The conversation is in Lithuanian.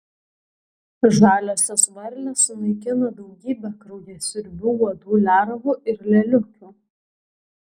žaliosios varlės sunaikina daugybę kraujasiurbių uodų lervų ir lėliukių